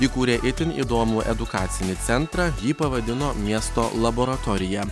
įkūrė itin įdomų edukacinį centrą jį pavadino miesto laboratorija